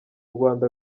rwanda